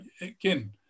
again